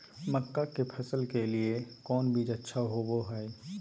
मक्का के फसल के लिए कौन बीज अच्छा होबो हाय?